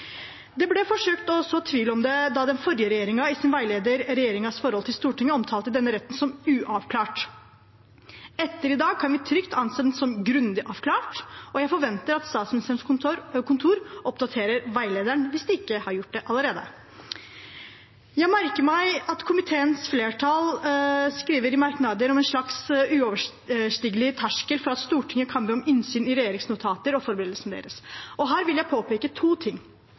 Det ble forsøkt å så tvil om det da den forrige regjeringen i sin veileder «Regjeringens forhold til Stortinget» omtalte denne retten som uavklart. I dag kan vi trygt anse den som grundig avklart, og jeg forventer at Statsministerens kontor oppdaterer veilederen hvis de ikke har gjort det allerede. Jeg merker meg at komiteens flertall i merknader skriver om en slags uoverstigelig terskel for at Stortinget kan be om innsyn i regjeringsnotater og forberedelsene til regjeringen. Her vil jeg påpeke to ting.